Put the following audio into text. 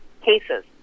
cases